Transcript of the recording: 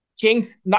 Kings